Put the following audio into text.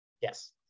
Yes